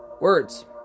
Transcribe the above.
words